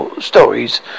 stories